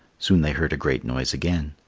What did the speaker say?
soon they heard a great noise again.